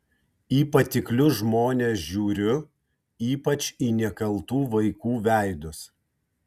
į patiklius žmones žiūriu ypač į nekaltų vaikų veidus